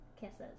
kisses